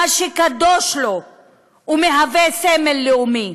מה שקדוש לו ומהווה סמל לאומי?